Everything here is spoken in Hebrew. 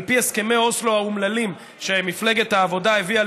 על פי הסכמי אוסלו האומללים שמפלגת העבודה הביאה